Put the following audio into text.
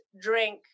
drink